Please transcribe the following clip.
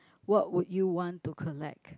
what would you want to collect